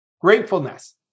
gratefulness